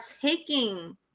taking